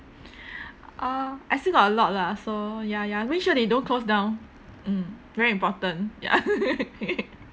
uh I still got a lot lah so ya ya make sure they don't close down mm very important ya